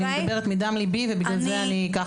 אני מדברת מדם ליבי ובגלל זה אני ככה.